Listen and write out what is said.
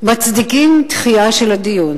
מצדיקים דחייה של הדיון.